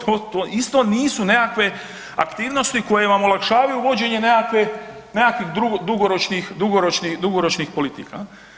To isto nisu nekakve aktivnosti koje vam olakšavaju uvođenje nekakvih dugoročnih politika.